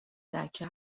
دکه